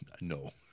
No